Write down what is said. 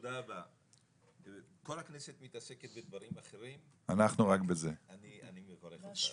כל הכנסת מתעסקת בדברים אחרים, אני מברך אותך.